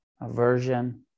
aversion